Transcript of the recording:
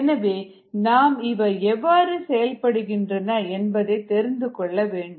எனவே நாம் இவை எவ்வாறு செயல்படுகின்றன என்பதை தெரிந்து கொள்ள வேண்டும்